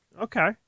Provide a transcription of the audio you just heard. Okay